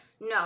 no